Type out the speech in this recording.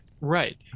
Right